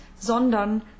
Sondern